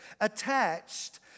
Attached